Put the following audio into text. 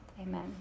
Amen